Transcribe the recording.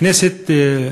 הכנסת,